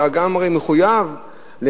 אתה הרי גם מחויב להסכמים,